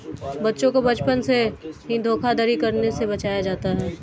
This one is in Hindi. बच्चों को बचपन से ही धोखाधड़ी करने से बचाया जाता है